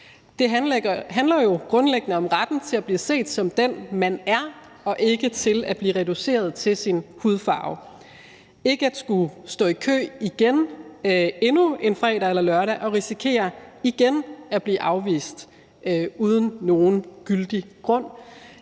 Det handler jo grundlæggende om retten til at blive set som den, man er, og til ikke at blive reduceret til sin hudfarve og om ikke at skulle stå i kø igen endnu en fredag eller lørdag og igen risikere at blive afvist uden nogen gyldig grund